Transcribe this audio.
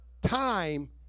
time